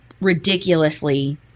ridiculously